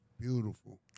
beautiful